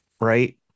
Right